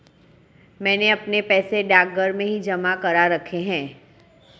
मैंने अपने पैसे डाकघर में ही जमा करा रखे हैं